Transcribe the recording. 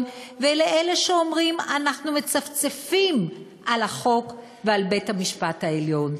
ולאלה שאומרים: אנחנו מצפצפים על החוק ועל בית-המשפט העליון.